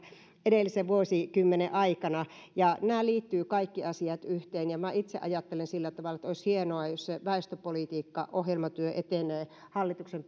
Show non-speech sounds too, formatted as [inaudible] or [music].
edellisen vuosikymmenen aikana ja nämä kaikki asiat liittyvät yhteen minä itse ajattelen sillä tavalla että olisi hienoa että jos se väestöpolitiikkaohjelmatyö etenee hallituksen [unintelligible]